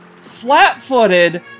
flat-footed